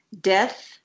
Death